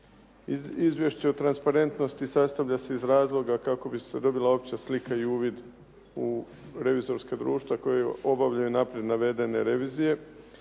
Izvješće o transparentnosti sastavlja se iz razloga kako bi se dobila opća slika i uvid u revizorska društva koju obavljaju naprijed navedene revizije.